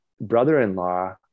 brother-in-law